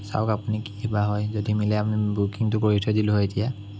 চাওক আপুনি কিবা হয় যদি মিলে আমি বুকিংটো কৰি থৈ দিলোঁ হয় এতিয়া